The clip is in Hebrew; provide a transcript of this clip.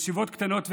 ישיבות קטנות וגדולות,